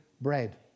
bread